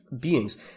beings